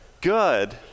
good